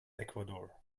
ecuador